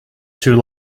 too